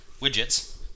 widgets